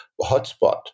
hotspot